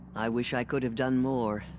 i wish i could have done more.